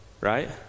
right